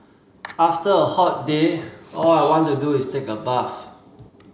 after a hot day all I want to do is take a bath